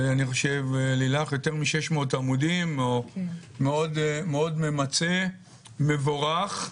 זה יותר מ-600 עמודים, מאוד ממצה ומבורך,